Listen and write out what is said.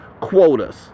quotas